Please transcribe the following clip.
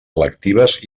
lectives